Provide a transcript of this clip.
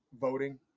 voting